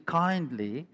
kindly